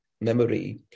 memory